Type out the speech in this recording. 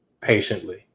patiently